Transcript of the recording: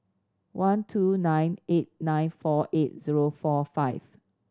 one two nine eight nine four eight zero four five